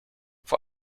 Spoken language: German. vor